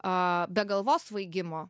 a be galvos svaigimo